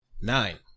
nine